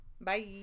Bye